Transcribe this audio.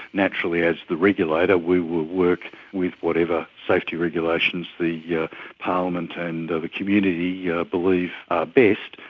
naturally as the regulator we will work with whatever safety regulations the yeah parliament and the community yeah believe are best.